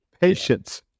patience